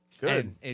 Good